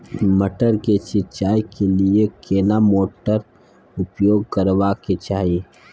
मटर के सिंचाई के लिये केना मोटर उपयोग करबा के चाही?